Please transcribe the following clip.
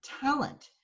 talent